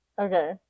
Okay